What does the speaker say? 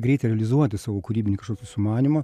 greitai realizuoti savo kūrybinį sumanymą